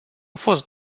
fost